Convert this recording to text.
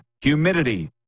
Humidity